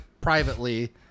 privately